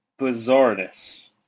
bizarreness